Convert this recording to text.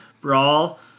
brawl